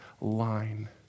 line